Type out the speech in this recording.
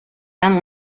then